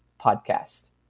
podcast